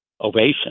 ovation